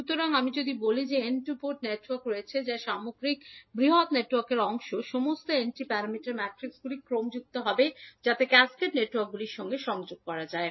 সুতরাং আমরা যদি বলি যে N টু পোর্ট নেটওয়ার্ক রয়েছে যা সামগ্রিক বৃহৎ নেটওয়ার্কের অংশ সমস্ত n T প্যারামিটার ম্যাট্রিকগুলি ক্রমযুক্ত হবে যাতে ক্যাসকেড নেটওয়ার্কগুলি সংযুক্ত রয়েছে